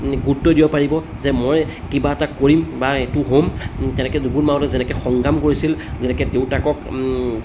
গুৰুত্ব দিব পাৰিব যে মই কিবা এটা কৰিম বা এইটো হ'ম তেনেকৈ ৰুবুল মাউতে যেনেকৈ সংগ্ৰাম কৰিছিল যেনেকৈ দেউতাকক